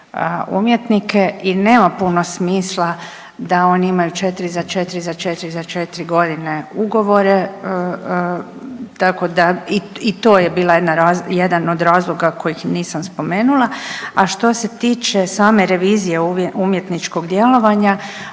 umjetnike i nema puno smisla da oni imaju za četri, za četri, za četri, za četri godine ugovore tako da i to je bila jedan od razloga kojih nisam spomenula. A što se tiče same revizije umjetničkog djelovanja